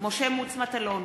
משה מטלון,